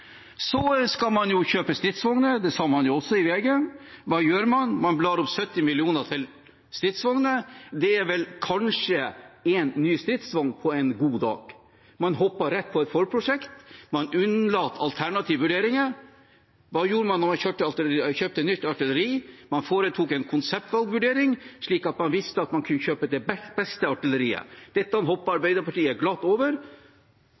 Så skal man kjøpe stridsvogner; det sa man også i VG. Hva gjør man? Man blar opp 70 mill. til stridsvogner. Det er vel kanskje én ny stridsvogn på en god dag. Man hopper rett på et forprosjekt, man unnlater alternative vurderinger. Hva gjorde man da man kjøpte nytt artilleri? Man foretok en konseptvalgvurdering, slik at man visste at man kunne kjøpe det beste artilleriet. Dette hopper Arbeiderpartiet glatt over